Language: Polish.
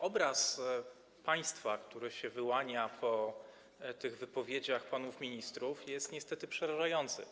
Obraz państwa, który się wyłania z tych wypowiedzi panów ministrów, jest niestety przerażający.